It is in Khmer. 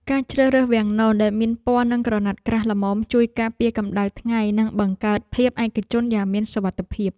ការជ្រើសរើសវាំងននដែលមានពណ៌និងក្រណាត់ក្រាស់ល្មមជួយការពារកម្ដៅថ្ងៃនិងបង្កើតភាពឯកជនយ៉ាងមានសុវត្ថិភាព។